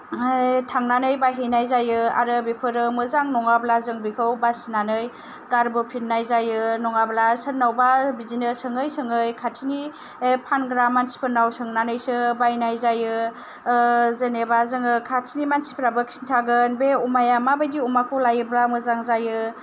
थांनानै बायहैनाय जायो आरो बेफोरो मोजां नङाब्ला जों बेखौ बासिनानै गारबोफिननाय जायो नङाब्ला सोरनावबा बिदिनो सोङै सोङै खाथिनि फानग्रा मानसिफोरनाव सोंनानैसो बायनाय जायो जेनेबा जोङो खाथिनि मानसिफोराबो खिन्थागोन बे अमाया माबायदि अमाखौ लायोबा मोजां जायो